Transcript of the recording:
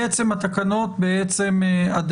בעצם התקנות פקעו.